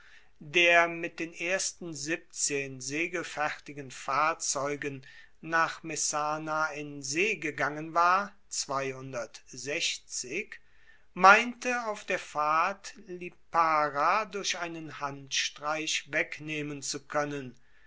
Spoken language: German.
der mit den ersten siebzehn segelfertigen fahrzeugen nach messana in see gegangen war meinte auf der fahrt lipara durch einen handstreich wegnehmen zu koennen